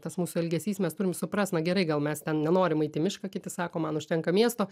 tas mūsų elgesys mes turim suprast na gerai gal mes ten nenorim eit į mišką kiti sako man užtenka miesto